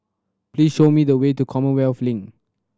please show me the way to Commonwealth Link